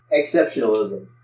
exceptionalism